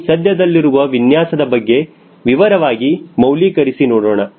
ನಾವು ಸದ್ಯದಲ್ಲಿರುವ ವಿನ್ಯಾಸದ ಬಗ್ಗೆ ವಿವರವಾಗಿ ಮೌಲಿಕರಿಸಿ ನೋಡೋಣ